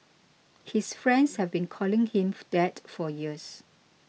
his friends have been calling him that for years